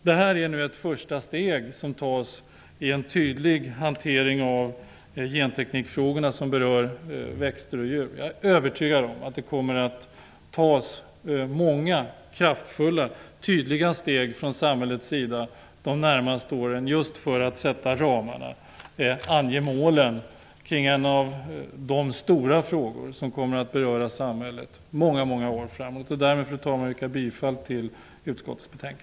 Det här är ett första steg som tas mot en tydlig hantering av genteknikfrågorna som berör växter och djur. Jag är övertygad om att det kommer att tas många kraftfulla, tydliga steg från samhällets sida de närmaste åren för att sätta ramarna och ange målen för en av de stora frågor som kommer att beröra samhället många år framåt. Därmed, fru talman, yrkar jag bifall till utskottets hemställan.